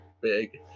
big